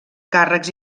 càrrecs